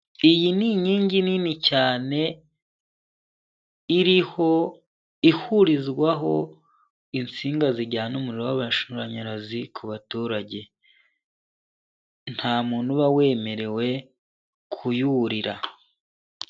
Iyi ni inkingi nini cyane iriho ihurizwaho insinga zijyana umuriro w'amashanyarazi ku baturage, nta muntu uba wemerewe kuyurira.